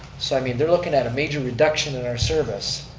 so, i mean, they're looking at a major reduction in our service.